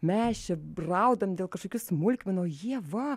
mes čia braudam dėl kažkokių smulkmenų o jie va